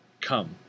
Come